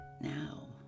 now